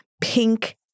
pink